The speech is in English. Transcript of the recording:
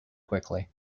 quickly